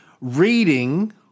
reading